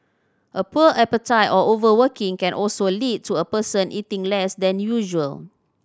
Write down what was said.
a poor appetite or overworking can also lead to a person eating less than usual